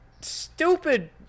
Stupid